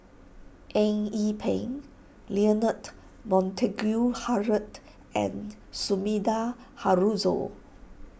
Eng Yee Peng Leonard Montague Harrod and Sumida Haruzo